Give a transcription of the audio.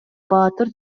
баатыр